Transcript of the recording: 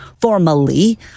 formally